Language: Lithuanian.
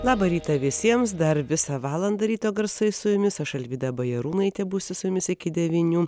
labą rytą visiems dar visą valandą ryto garsai su jumis aš alvyda bajarūnaitė būsiu su jumis iki devynių